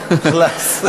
חלאס.